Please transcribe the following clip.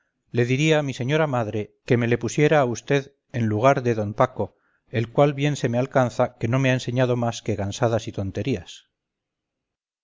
le diría a mi señora madre que me le pusiera a vd en lugar de d paco el cual bien se me alcanza que no me ha enseñado más que gansadas y tonterías